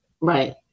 right